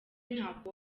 ntabwo